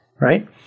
right